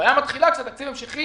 הבעיה מתחילה כשתקציב המשכי